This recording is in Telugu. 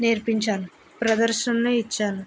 నేర్పించాను ప్రదర్శనను ఇచ్చాను